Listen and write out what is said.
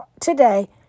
today